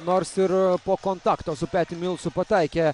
nors ir po kontakto su peti milsu pataikė